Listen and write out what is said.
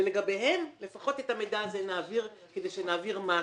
ולגביהם נעביר את המידע הזה לפחות כדי שנעביר משהו.